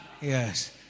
Yes